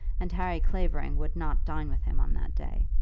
and harry clavering would not dine with him on that day.